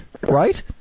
right